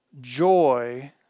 joy